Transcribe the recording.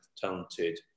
talented